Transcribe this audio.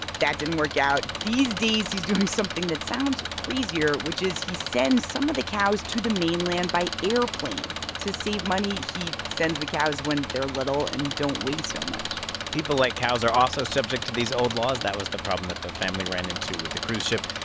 that didn't work out. these days, he's doing something that sounds crazier, which is he sends some of the cows to the mainland by airplane. to save money, he sends the cows when they're little an and don't weigh so much people, like cows, are also subject to these old laws. that was the problem that the family ran into with the cruise ship.